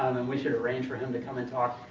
and we should arrange for him to come and talk.